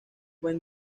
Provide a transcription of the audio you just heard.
buen